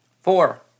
Four